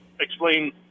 explain